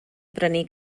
brynu